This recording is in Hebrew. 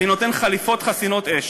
אני נותן חליפות חסינות אש,